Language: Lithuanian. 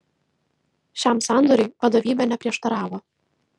šiam sandoriui vadovybė neprieštaravo